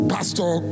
Pastor